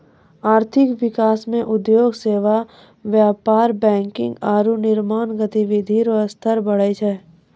आर्थिक विकास मे उद्योग सेवा व्यापार बैंकिंग आरू निर्माण गतिविधि रो स्तर बढ़ै छै